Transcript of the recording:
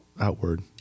outward